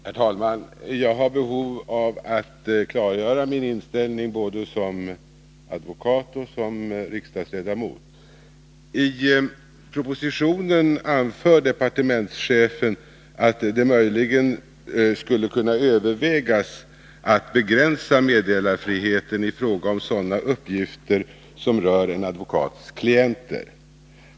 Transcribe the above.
Herr talman! Jag har behov av att klargöra min inställning både som advokat och som riksdagsledamot. I propositionen anför departementschefen att det möjligen skulle kunna övervägas att begränsa meddelarfriheten i fråga om sådana uppgifter som rör en advokats klienter.